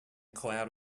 cloud